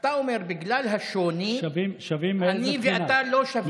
אתה אומר: בגלל השוני, אני ואתה לא שווים.